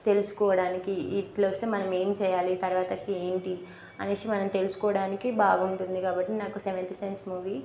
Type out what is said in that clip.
తెలుసుకోవడానికి ఇట్లా వస్తే మనము ఏం చేయాలి తర్వాతకి ఏంటి అనేసి మనం తెలుసుకోవడానికి బాగుంటుంది కాబట్టి నాకు సెవెంత్ సెన్స్ మూవీ